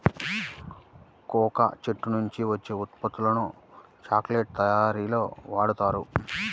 cocoa చెట్ల నుంచి వచ్చే ఉత్పత్తులను చాక్లెట్ల తయారీలో వాడుతారు